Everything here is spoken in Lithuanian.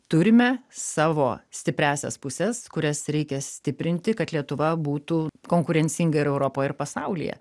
turime savo stipriąsias puses kurias reikia stiprinti kad lietuva būtų konkurencinga ir europoje ir pasaulyje